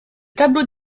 tableau